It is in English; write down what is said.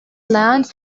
land